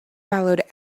followed